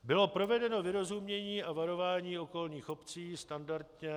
Bylo provedeno vyrozumění a varování okolních obcí standardně.